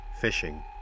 fishing